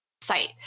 site